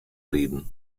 riden